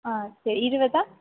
சரி இருபதா